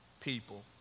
people